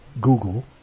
Google